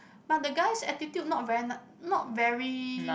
but the guys attitude not very not very